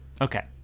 Okay